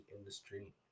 industry